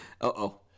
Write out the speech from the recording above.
Uh-oh